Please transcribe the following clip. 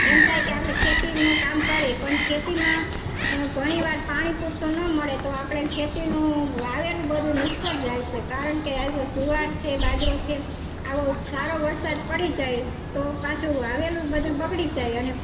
એમ થાય કે આપણે ખેતીનું કામ કરીએ પણ ખેતીમાં ઘણીવાર પાણી પૂરતું ન મળે તો આપણને ખેતીનું વાવેલું બધુ નિષ્ફળ જાય છે કારણ કે આ જુવાર છે બાજરો છે આવો સારો વરસાદ પડી જાય તો પાછું વાવેલું બધું બગડી જાય અને